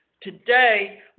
Today